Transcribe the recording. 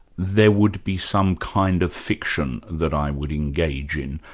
there would be some kind of fiction that i would engage in,